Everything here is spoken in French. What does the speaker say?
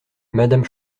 madame